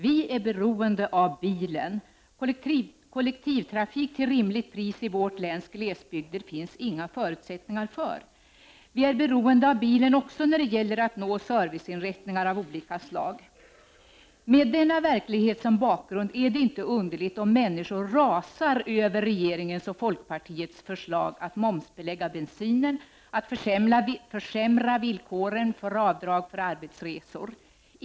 Vi är beroende av bilen, kollektivtrafik till ett rimligt pris i vårt läns glesbygder finns det inga förutsättningar för. Vi är beroende av bilen också när det gäller att nå serviceinrättningar av olika slag. Med denna verklighet som bakgrund är det inte underligt om människor rasar över regeringens och folkpartiets förslag att momsbelägga bensinen och att försämra villkoren för avdrag för arbetsresor.